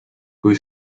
kui